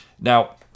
Now